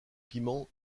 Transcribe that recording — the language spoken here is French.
piment